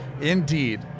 indeed